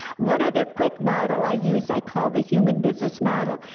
one other quick model i use i call the human business model,